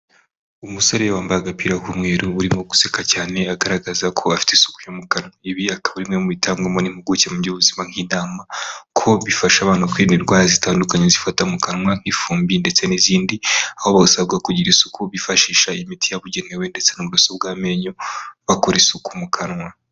Umusore wambaye agapira k'umweru urimo guseka cyane agaragaza ko afite isuku yo mu kanwa. Ibi akaba ari bimwe mu bitangwamo n'impuguke mu by'ubuzima nk'inama ko bifasha abantu kwirinda indwara zitandukanye zifata mu kanwa nk'ifumbi ndetse n'izindi. Aho basabwa kugira isuku bifashisha imiti yabugenewe ndetse n'uburoso bw'amenyo. Bakora isuku mu kanwa.